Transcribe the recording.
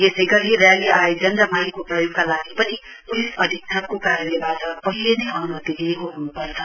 यसै गरी रयाली आयोजन र माइकको प्रयोगका लागि पनि पुलिय अधीक्षकको कार्यालयबाट पहिले नै अनुमति लिएको हुनुपर्छ